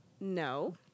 No